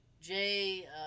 Jay